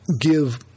give